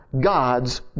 God's